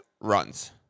runs